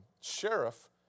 sheriff